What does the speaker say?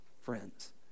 friends